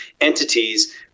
entities